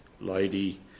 lady